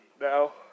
now